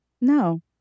No